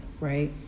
right